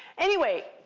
anyway,